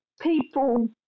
people